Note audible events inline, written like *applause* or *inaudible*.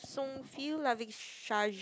feel loving *noise*